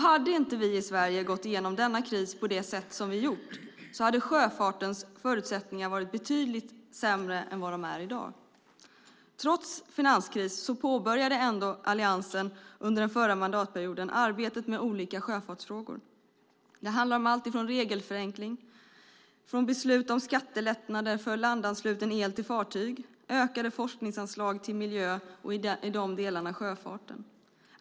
Hade inte vi i Sverige gått igenom den krisen på det sätt som vi hade gjort hade sjöfartens förutsättningar varit betydligt sämre än vad de är i dag. Trots finanskrisen påbörjade Alliansen under den förra mandatperioden arbetet med olika sjöfartsfrågor. Det handlade om allt från regelförenkling och beslut om skattelättnader för landansluten el till fartyg till ökade forskningsanslag till miljö och i de delarna sjöfarten.